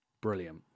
Brilliant